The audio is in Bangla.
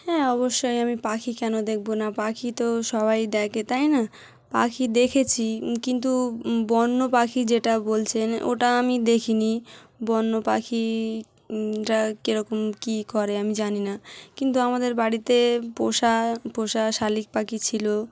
হ্যাঁ অবশ্যই আমি পাখি কেন দেখব না পাখি তো সবাই দেখে তাই না পাখি দেখেছি কিন্তু বন্য পাখি যেটা বলছেন ওটা আমি দেখিনি বন্য পাখিটা কীরকম কী করে আমি জানি না কিন্তু আমাদের বাড়িতে পোষা পোষা শালিক পাখি ছিল